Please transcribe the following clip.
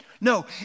no